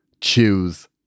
choose